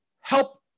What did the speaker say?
help